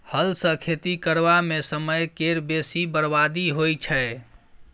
हल सँ खेती करबा मे समय केर बेसी बरबादी होइ छै